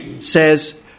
says